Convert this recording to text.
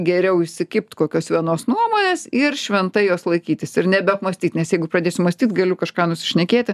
geriau įsikibt kokios vienos nuomonės ir šventai jos laikytis ir nebeapmąstyt nes jeigu pradėsiu mąstyt galiu kažką nusišnekėti